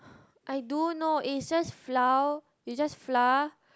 I do know is just flour it's just flour